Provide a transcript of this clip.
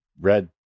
red